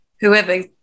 whoever –